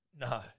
No